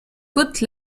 côte